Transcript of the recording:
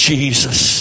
Jesus